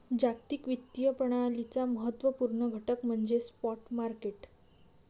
जागतिक वित्तीय प्रणालीचा महत्त्व पूर्ण घटक म्हणजे स्पॉट मार्केट